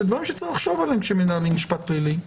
זה דברים שצריכים לחשוב עליהם כשמנהלים משפט פלילי.